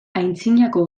antzinako